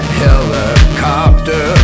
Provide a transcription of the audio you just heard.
helicopter